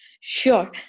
Sure